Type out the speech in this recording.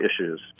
issues